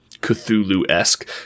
Cthulhu-esque